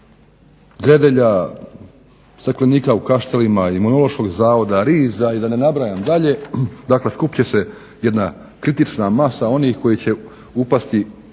Gredelja, Staklenika u Kaštelima, Imunološkog zavoda, RIZ-a i da ne nabrajam dalje, dakle skupiti će se jedna kritična masa onih koji će upasti